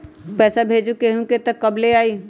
पैसा केहु भेजी त कब ले आई?